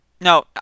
No